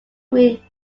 green